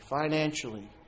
Financially